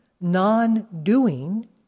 non-doing